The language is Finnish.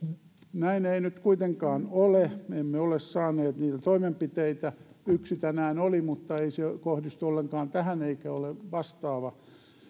näin ei nyt kuitenkaan ole me emme ole saaneet niitä toimenpiteitä yksi tänään oli mutta ei se kohdistu ollenkaan tähän eikä ole vastaava